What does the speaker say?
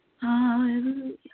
hallelujah